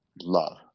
love